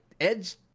Edge